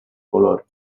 color